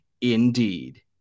indeed